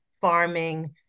farming